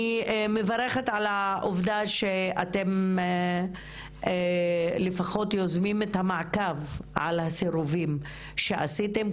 אני מברכת על העובדה שאתם לפחות יוזמים את המעקב על הסירובים שעשיתם,